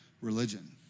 religion